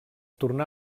tornà